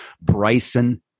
Bryson